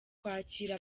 kwakira